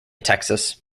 texas